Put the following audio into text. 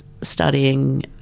studying